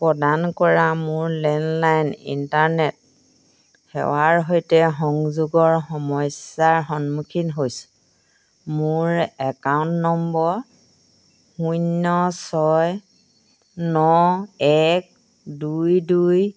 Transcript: প্ৰদান কৰা মোৰ লেণ্ডলাইন ইণ্টাৰনেট সেৱাৰ সৈতে সংযোগৰ সমস্যাৰ সন্মুখীন হৈছো মোৰ একাউণ্ট নম্বৰ শূন্য ছয় ন এক দুই দুই